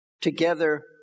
together